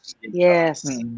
Yes